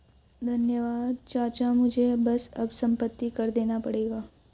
धन्यवाद चाचा मुझे बस अब संपत्ति कर देना पड़ेगा